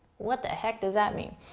what the heck does that mean?